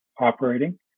operating